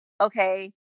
okay